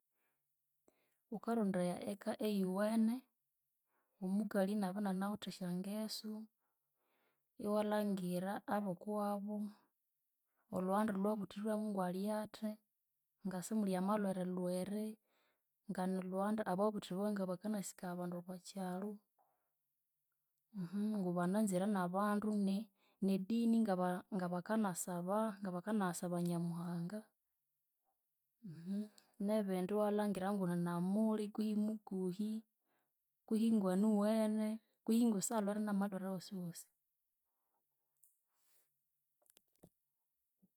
Wukarondaya eka eyuwene, omukali iniabya inanawithe esyangeso, iwalhangira abokuwabo, olhughanda olwabuthirwemo ngwali yathi, ngasimuli amalhwere lhwere, nganilhughanda ababuthi biwe ngabakanasikaya abandu oko kyalo, ngubanazire n'abandu ni ni dini ng'aba ng'abakanasaba ng'abakanayasaba Nyamuhanga, n'ebindi iwalhangira ngunina muli kwihi mukuhi, kwihi ngwaniwene kwihi ngusalhwere n'amalhwere awosi wosi.